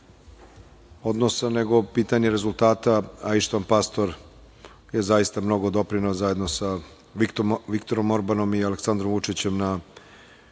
odnosa, nego pitanje rezultata, a Ištvan Pastor je zaista mnogo doprineo zajedno sa Viktorom Orbanom i Aleksandrom Vučićem na